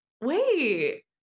wait